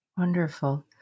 Wonderful